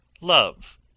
love